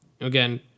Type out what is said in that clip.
again